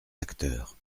acteurs